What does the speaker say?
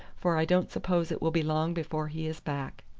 for i don't suppose it will be long before he is back.